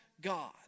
God